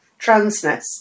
transness